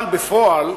אבל בפועל,